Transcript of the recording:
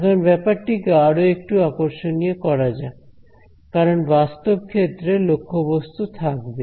এখন ব্যাপারটিকে আরো একটু আকর্ষণীয় করা যাক কারণ বাস্তব ক্ষেত্রে লক্ষ্যবস্তু থাকবে